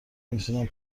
نمیتونم